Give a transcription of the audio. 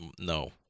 no